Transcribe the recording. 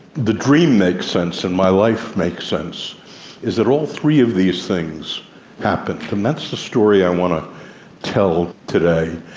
the dream makes sense and my life makes sense is that all three of these things happened. and that's the story i want to tell today.